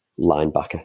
linebacker